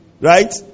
right